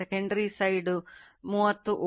ಆದ್ದರಿಂದ primary ವು 30 ವೋಲ್ಟ್ಗಳು